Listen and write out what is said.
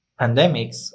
pandemics